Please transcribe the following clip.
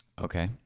Okay